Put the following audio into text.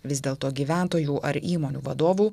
vis dėlto gyventojų ar įmonių vadovų